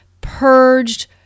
purged